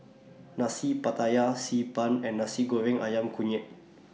Nasi Pattaya Xi Ban and Nasi Goreng Ayam Kunyit